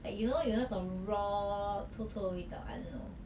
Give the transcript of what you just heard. like you know you 那种 raw 臭臭的味道 I don't know